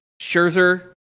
Scherzer